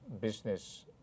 business